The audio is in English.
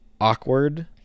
awkward